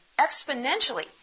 exponentially